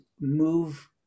move